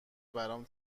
برام